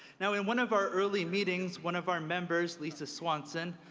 now, in one of our early meetings, one of our members, lisa swanson,